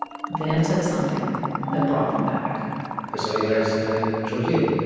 van said something that brought them back i saw you guys, and i chose you